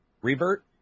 Revert